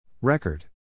Record